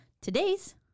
Today's